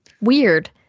weird